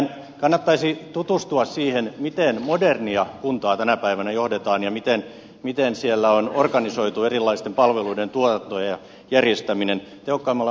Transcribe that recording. nimittäin kannattaisi tutustua siihen miten modernia kuntaa tänä päivänä johdetaan ja miten siellä on organisoitu erilaisten palveluiden tuotanto ja järjestäminen tehokkaimmalla mahdollisella tavalla